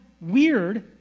weird